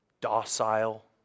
Docile